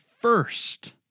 first